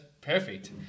perfect